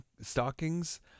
stockings